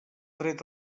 dret